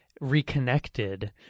reconnected